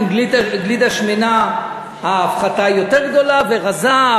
עם גלידה שמנה ההפחתה יותר גדולה ורזה,